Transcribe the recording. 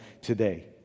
today